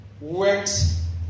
works